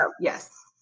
yes